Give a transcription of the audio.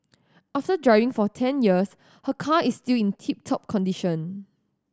after driving for ten years her car is still in tip top condition